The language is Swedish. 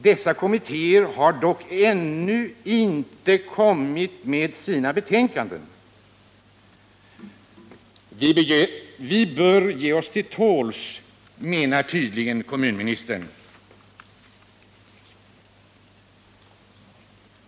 Dessa kommittéer har dock ännu inte kommit med sina betänkanden. Vi bör ge oss till tåls, menar tydligen kommunministern.